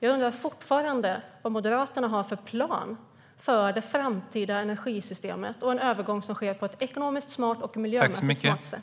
Jag undrar fortfarande vad Moderaterna har för plan för det framtida energisystemet och en övergång som sker på ett ekonomiskt och miljömässigt smart sätt.